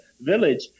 village